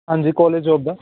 ਹਾਂਜੀ college job ਦਾ